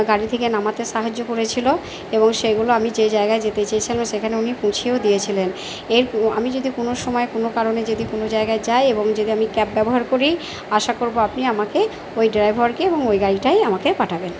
গাড়ি থেকে নামাতে সাহায্য করেছিলো এবং সেইগুলো আমি যে জায়গায় যেতে চেয়েছিলাম সেখানে উনি পৌঁছেও দিয়েছিলেন এর আমি যদি কোনো সময় কোনো কারণে যদি কোনো জায়গায় যাই এবং যদি আমি ক্যাব ব্যবহার করি আশা করবো আপনি আমাকে ওই ড্রাইভারকে এবং ওই গাড়িটাই আমাকে পাঠাবেন